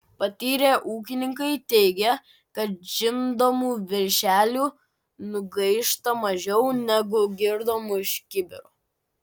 patyrę ūkininkai teigia kad žindomų veršelių nugaišta mažiau negu girdomų iš kibiro